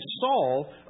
Saul